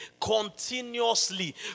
continuously